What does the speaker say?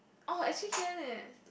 oh actually can eh